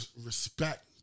respect